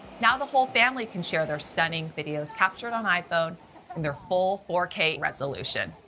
now the whole family can share their stunning videos captured on iphone in their full four k resolution.